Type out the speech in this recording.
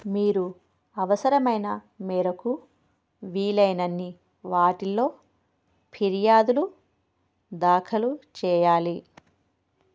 మీరు అవసరమైన మేరకు వీలైనన్ని వాటిల్లో ఫిర్యాదులు దాఖలు చేయాలి